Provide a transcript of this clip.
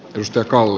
pystöcall